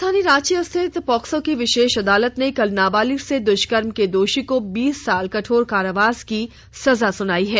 राजधानी रांची स्थित पोक्सो की विशेष अदालत ने कल नाबालिग से दुष्कर्म के दोषी को बीस साल कठोर कारावास की सजा सुनायी है